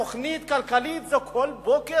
תוכנית כלכלית כל בוקר,